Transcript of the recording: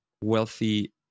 wealthy